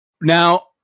now